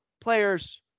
players